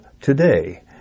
today